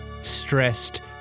stressed